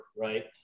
right